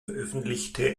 veröffentlichte